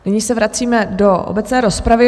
Nyní se vracíme do obecné rozpravy.